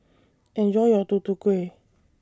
Enjoy your Tutu Kueh